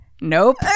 Nope